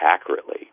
accurately